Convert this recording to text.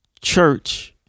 church